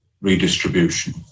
redistribution